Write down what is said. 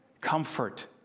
Comfort